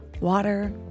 water